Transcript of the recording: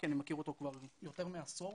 כי אני מכיר אותו כבר יותר מעשור,